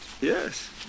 yes